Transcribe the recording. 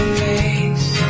face